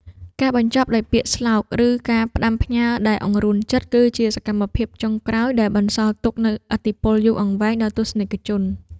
ការបញ្ចប់ដោយពាក្យស្លោក ឬការផ្ដាំផ្ញើដែលអង្រួនចិត្ត គឺជាសកម្មភាពចុងក្រោយដែលបន្សល់ទុកនូវឥទ្ធិពលយូរអង្វែងដល់ទស្សនិកជន។